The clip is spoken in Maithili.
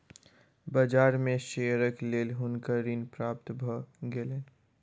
बाजार में शेयरक लेल हुनका ऋण प्राप्त भ गेलैन